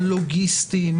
הלוגיסטיים,